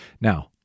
Now